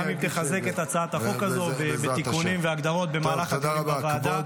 גם אם תחזק את הצעת החוק הזו בתיקונים והגדרות במהלך הדיונים בוועדה.